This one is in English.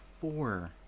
four